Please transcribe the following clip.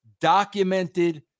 documented